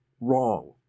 wrong